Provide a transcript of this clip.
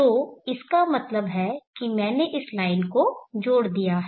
तो इसका मतलब है कि मैंने इस लाइन को जोड़ दिया है